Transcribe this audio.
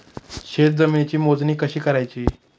शेत जमिनीची मोजणी कशी करायची?